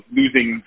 losing